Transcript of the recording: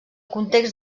context